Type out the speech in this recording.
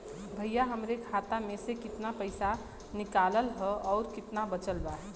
भईया हमरे खाता मे से कितना पइसा निकालल ह अउर कितना बचल बा?